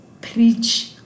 preach